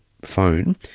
phone